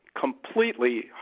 completely